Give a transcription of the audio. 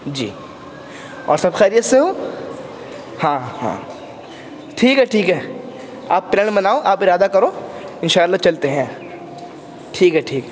جی اور سب خیریت سے ہو ہاں ہاں ٹھیک ہے ٹھیک ہے آپ پلان بناؤ آپ ارادہ کرو ان شاء اللہ چلتے ہیں ٹھیک ہے ٹھیک